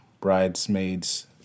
bridesmaids